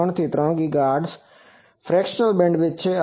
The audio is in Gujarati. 3 થી 3 ગીગાહર્ટઝ ફ્રેક્સ્નલ બેન્ડવિડ્થ છે